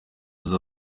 uzi